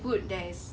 food that is